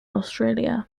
australia